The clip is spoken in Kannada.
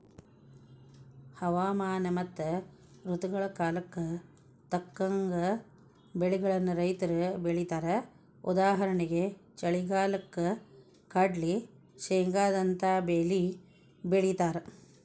ಹವಾಮಾನ ಮತ್ತ ಋತುಗಳ ಕಾಲಕ್ಕ ತಕ್ಕಂಗ ಬೆಳಿಗಳನ್ನ ರೈತರು ಬೆಳೇತಾರಉದಾಹರಣೆಗೆ ಚಳಿಗಾಲಕ್ಕ ಕಡ್ಲ್ಲಿ, ಶೇಂಗಾದಂತ ಬೇಲಿ ಬೆಳೇತಾರ